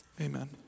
amen